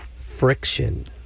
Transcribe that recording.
Friction